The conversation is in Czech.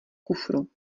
kufru